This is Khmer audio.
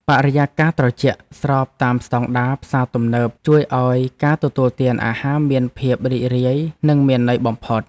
បរិយាកាសត្រជាក់ស្របតាមស្តង់ដារផ្សារទំនើបជួយឱ្យការទទួលទានអាហារមានភាពរីករាយនិងមានន័យបំផុត។